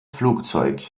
flugzeug